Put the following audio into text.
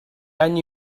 any